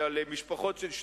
אלא למשפחות של שניים,